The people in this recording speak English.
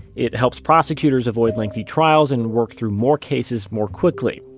it helps prosecutors avoid lengthy trials and work through more cases, more quickly.